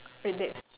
red dates